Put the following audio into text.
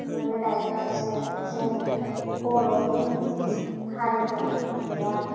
बयबो दायोबासो जोंनि बर'नि हारिमु एबा